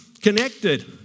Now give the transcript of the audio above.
connected